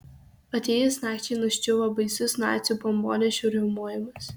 atėjus nakčiai nuščiuvo baisus nacių bombonešių riaumojimas